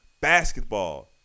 basketball